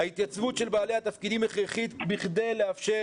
ההתייצבות של בעלי התפקידים הכרחית כדי לאפשר